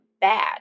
bad